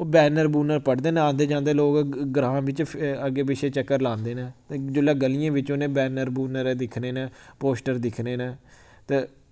ओह् बैनर बुनर पढ़दे न आंदे जन्दे लोक ग्रांऽ बिच्च फि अग्गें पिच्छें चक्कर लांदे न ते जुल्लै गलियें बिच्च उ'नें बैनर बुनर दिक्खने न पोस्टर दिक्खने न ते